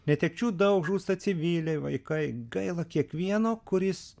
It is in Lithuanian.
netekčių daug žūsta civiliai vaikai gaila kiekvieno kuris